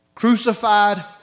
crucified